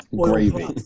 Gravy